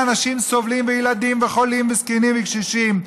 אנשים סובלים וילדים וחולים וזקנים וקשישים.